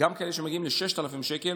גם כאלה שמגיעים ל-6,000 שקל